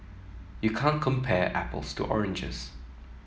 you can't compare apples to oranges